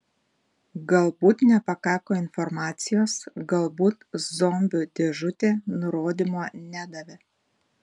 galbūt nepakako informacijos galbūt zombių dėžutė nurodymo nedavė